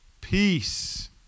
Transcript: peace